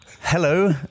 Hello